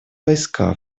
войска